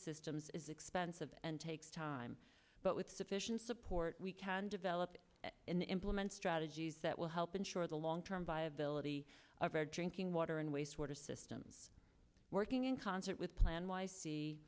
systems is expensive and takes time but with sufficient support we can develop and implement strategies that will help ensure the long term viability of our drinking water and waste water systems working in concert with plan y c